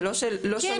זה לא ש כן,